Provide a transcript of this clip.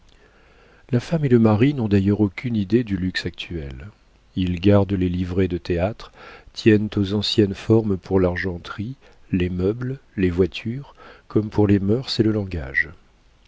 la femme et le mari n'ont d'ailleurs aucune idée du luxe actuel ils gardent les livrées de théâtre tiennent aux anciennes formes pour l'argenterie les meubles les voitures comme pour les mœurs et le langage